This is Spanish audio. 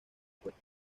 cuello